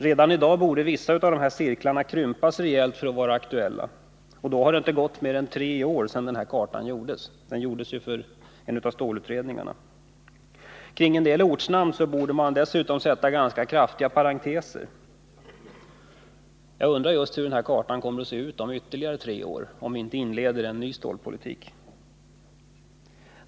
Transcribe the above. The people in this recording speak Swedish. Redan i dag borde vissa av cirklarna på kartan krympas rejält för att vara aktuella, och då har det inte gått mer än tre år sedan kartan gjordes — den gjordes för en av stålutredningarna. Kring en del ortsnamn borde man dessutom sätta ganska kraftiga parenteser. Jag undrar just hur den här kartan ser ut om ytterligare tre år, om vi inte inleder en ny stålpolitik!